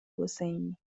حسینی